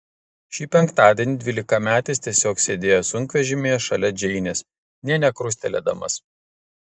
šį penktadienį dvylikametis tiesiog sėdėjo sunkvežimyje šalia džeinės nė nekrustelėdamas